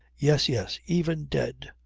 yes, yes. even dead.